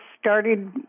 started